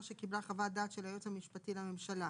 שקיבלה חוות דעת של היועץ המשפטי לממשלה...